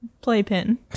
Playpen